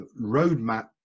roadmap